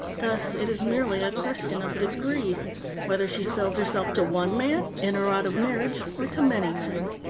thus it is merely a question of degree whether she sells herself to one man, in or out of marriage, or to many men.